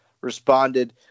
responded